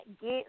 get